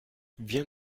viens